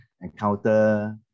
encounter